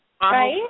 right